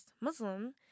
Muslim